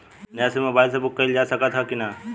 नया SIM mobile से book कइलजा सकत ह कि ना?